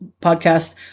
podcast